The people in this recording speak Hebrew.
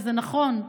וזה נכון,